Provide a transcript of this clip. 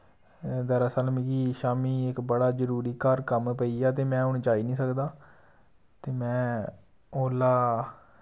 दरअसल मिकी शाम्मी इक बड़ा जरुरी घर कम्म पेइया ते मैं हुन जाई नि सकदा ते मैं ओला